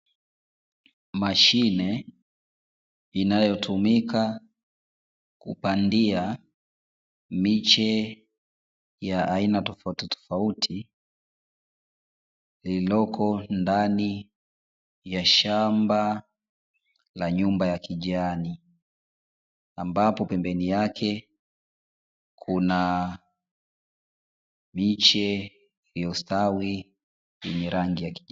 Mashine inayotumika kupandia miche ya aina tofauti tofauti liliyopo ndani ya shamba la nyumba ya kijani, ambapo pembeni yake kuna miche iliyostawi yenye rangi ya kijani.